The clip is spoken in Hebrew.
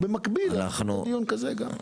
ובמקביל לערוך גם דיון כזה.